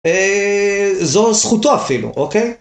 זו זכותו אפילו, אוקיי?